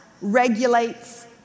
regulates